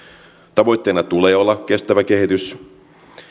tavoitteena tulee olla kestävä kehitys